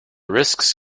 risks